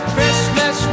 Christmas